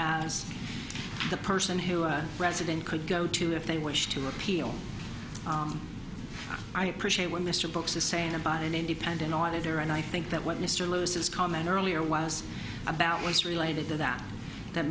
as the person who a resident could go to if they wish to appeal i appreciate when mr brooks is saying about an independent auditor and i think that what mr lewis is common earlier was about was related to that that